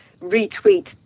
retweet